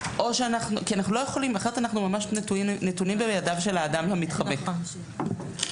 אחרת אנחנו ממש נתונים בידיו של האדם המתחבא,